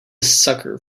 sucker